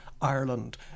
Ireland